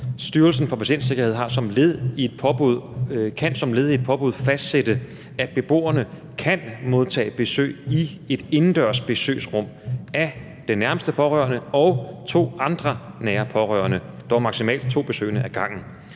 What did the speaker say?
Styrelsen for Patientsikkerhed kan som led i et påbud fastsætte, at beboerne kan modtage besøg i et indendørs besøgsrum af den nærmeste pårørende og to andre nære pårørende, dog maksimalt to besøgende ad gangen.